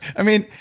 i mean,